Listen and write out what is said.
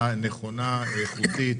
נכונה, הכרחית,